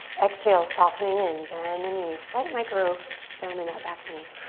exhale, softening in, bend the knee. slight micro bend in that back knee.